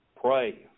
Pray